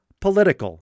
political